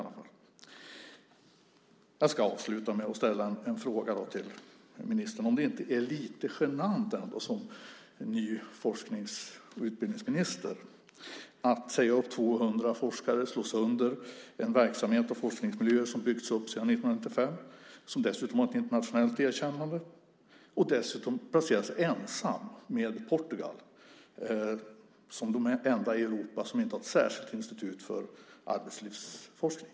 Avslutningsvis ska jag fråga ministern om det ändå inte är lite genant att som ny forsknings och utbildningsminister säga upp 200 forskare, slå sönder en verksamhet och forskningsmiljö som byggts upp sedan 1995 och som dessutom har ett internationellt erkännande. Sverige och Portugal blir då de enda länderna i Europa som inte har ett särskilt institut för arbetslivsforskning.